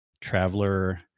traveler